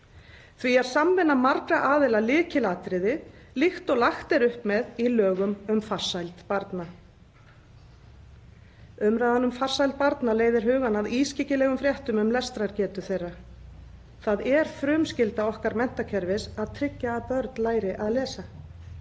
Því er samvinna margra aðila lykilatriði, líkt og lagt er upp með í lögum um farsæld barna. Umræðan um farsæld barna leiðir hugann að ískyggilegum fréttum um lestrargetu þeirra. Það er frumskylda okkar menntakerfis að tryggja að börn læri að lesa.